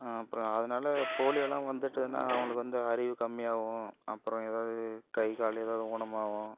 அப்புறம் அதனாலே போலியோவெலாம் வந்துட்டுனால் அவர்களுக்கு வந்து அறிவு கம்மியாகும் அப்புறம் ஏதாவது கை கால் ஏதாவது ஊனமாகும்